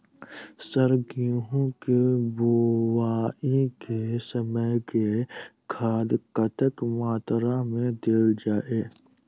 Sir गेंहूँ केँ बोवाई केँ समय केँ खाद कतेक मात्रा मे देल जाएँ?